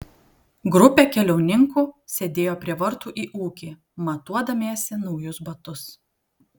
grupė keliauninkų sėdėjo prie vartų į ūkį matuodamiesi naujus batus